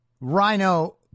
rhino